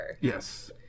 Yes